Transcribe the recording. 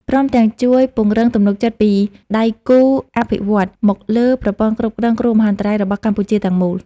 ព្រមទាំងជួយពង្រឹងទំនុកចិត្តពីដៃគូអភិវឌ្ឍន៍មកលើប្រព័ន្ធគ្រប់គ្រងគ្រោះមហន្តរាយរបស់កម្ពុជាទាំងមូល។